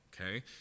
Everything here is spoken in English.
Okay